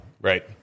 right